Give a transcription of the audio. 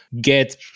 get